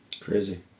Crazy